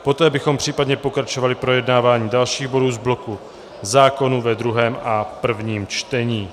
Poté bychom případně pokračovali projednáváním dalších bodů z bloku zákonů ve druhém a prvním čtení.